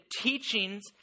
teachings